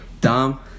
Dom